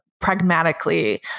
pragmatically